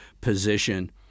position